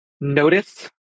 notice